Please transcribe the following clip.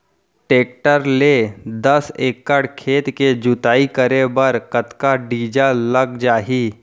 Tractor ले दस एकड़ खेत के जुताई करे बर कतका डीजल लग जाही?